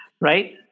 right